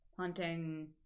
Hunting